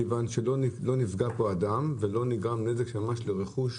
מכיוון שלא נפגע אדם ולא נגרם נזק של ממש לרכוש